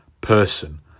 person